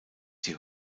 die